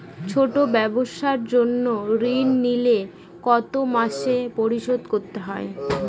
ছোট ব্যবসার জন্য ঋণ নিলে কত মাসে পরিশোধ করতে হয়?